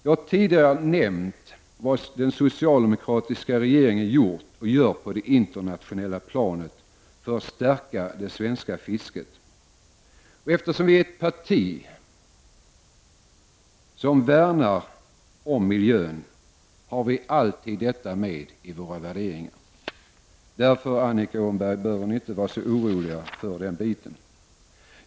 Jag har tidigare nämnt vad den socialdemokratiska regeringen har gjort och gör på det internationella planet för att stärka det svenska fisket. Eftersom vi tillhör ett parti som värnar om miljön har vi alltid detta med i våra värderingar. Därför behöver ni inte, Annika Åhnberg, vara så oroliga när det gäller den delen.